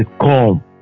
Come